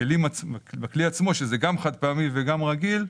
בכלי עצמו, שהוא גם חד פעמי וגם רגיל,